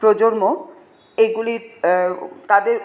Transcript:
প্রজন্ম এগুলি তাদের